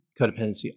codependency